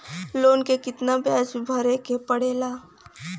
Loan के कितना ब्याज भरे के पड़े ला?